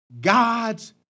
God's